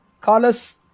Carlos